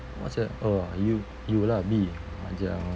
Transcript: what's a orh you you lah B manja